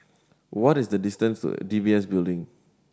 what is the distance D B S Building